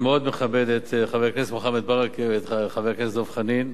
אני מאוד מכבד את חבר הכנסת מוחמד ברכה ואת חבר הכנסת דב חנין,